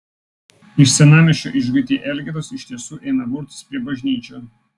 iš senamiesčio išguiti elgetos iš tiesų ėmė burtis prie bažnyčių